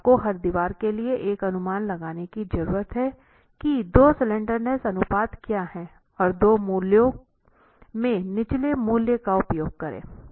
तो आपको हर दीवार के लिए एक अनुमान लगाने की जरूरत है कि दो स्लैंडर अनुपात क्या हैऔर दो मूल्यों में निचले मूल्य का उपयोग करें